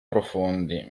profondi